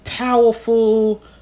Powerful